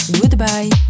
goodbye